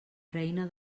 reina